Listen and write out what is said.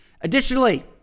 Additionally